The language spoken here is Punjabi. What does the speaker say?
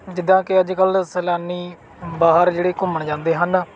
ਜਿੱਦਾਂ ਕੇ ਅੱਜ ਕੱਲ੍ਹ ਸੈਲਾਨੀ ਬਾਹਰ ਜਿਹੜੇ ਘੁੰਮਣ ਜਾਂਦੇ ਹਨ